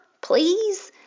please